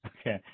okay